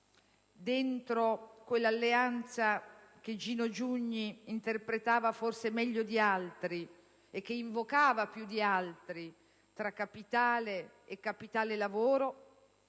di quell'alleanza che Gino Giugni interpretava forse meglio di altri e che invocava più di altri tra capitale e capitale-lavoro,